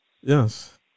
Yes